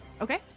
Okay